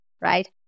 right